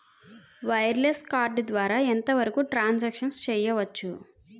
Wireless card ద్వారా ఎంత వరకు ట్రాన్ సాంక్షన్ చేయవచ్చు?